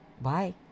Bye